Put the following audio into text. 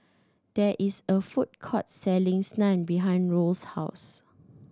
there is a food court selling Naan behind Roll's house